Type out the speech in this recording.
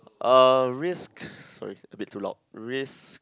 uh risk sorry a bit too loud risk